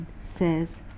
says